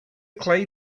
clay